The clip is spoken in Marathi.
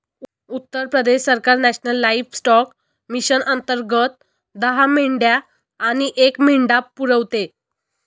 उत्तर प्रदेश सरकार नॅशनल लाइफस्टॉक मिशन अंतर्गत दहा मेंढ्या आणि एक मेंढा पुरवते